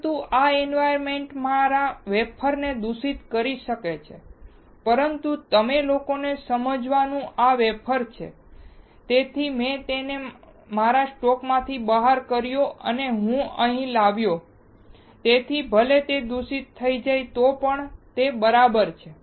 પરંતુ આ એન્વાયરમેન્ટ મારા વેફર ને દૂષિત કરી શકે છે પરંતુ તમે લોકોએ સમજવું આ વેફર છે તેથી મેં તેને મારા સ્ટોકમાંથી બહાર કર્યો અને હું તેને અહીં લાવ્યો તેથી ભલે તે દૂષિત થઈ જાય તો પણ તે બરાબર છે